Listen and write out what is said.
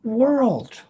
world